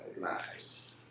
Nice